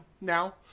now